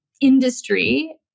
industry